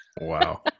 Wow